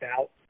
out